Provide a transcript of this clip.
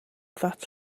that